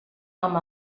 amb